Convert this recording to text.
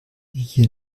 hier